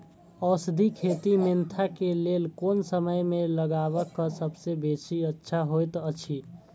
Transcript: औषधि खेती मेंथा के लेल कोन समय में लगवाक सबसँ बेसी अच्छा होयत अछि?